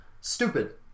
Stupid